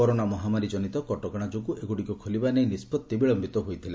corona ମହାମାରୀ କନିତ କଟକଣା ଯୋଗୁଁ ଏଗୁଡ଼ିକ ଖୋଲିବା ନେଇ ନିଷ୍କଭି ବିଳୟିତ ହୋଇଥିଲା